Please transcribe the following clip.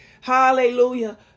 Hallelujah